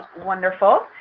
wonderful.